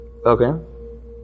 Okay